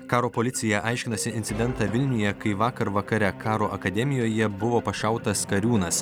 karo policija aiškinasi incidentą vilniuje kai vakar vakare karo akademijoje buvo pašautas kariūnas